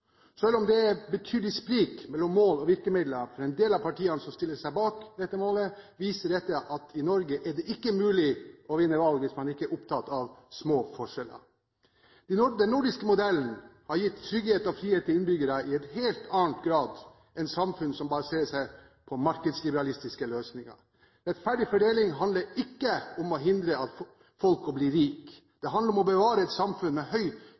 om det er et betydelig sprik mellom mål og virkemidler for en del av partiene som stiller seg bak dette målet, viser dette at i Norge er det ikke mulig å vinne valg hvis man ikke er opptatt av små forskjeller. Den nordiske modellen har gitt trygghet og frihet til innbyggerne i en helt annen grad enn samfunn som baserer seg på markedsliberalistiske løsninger. Rettferdig fordeling handler ikke om å hindre folk i å bli rike. Det handler om å bevare et samfunn med